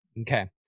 Okay